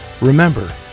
Remember